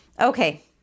Okay